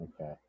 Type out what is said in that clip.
Okay